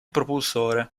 propulsore